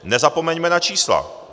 Nezapomeňme na čísla.